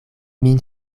min